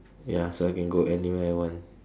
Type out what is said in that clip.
ya so I can go anywhere I want